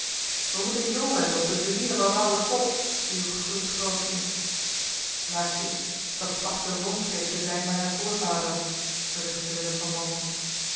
we moeten jool hebben op de ruïne van t oude slot viel guurt groot in lacy dat placht de woonstede te zijn mijner voorvaderen verzuchtte willem van malsem